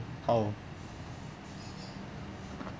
how